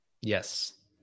Yes